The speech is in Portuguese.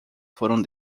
foram